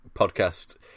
podcast